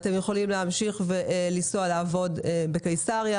אתם יכולים להמשיך לנסוע לעבוד בקיסריה.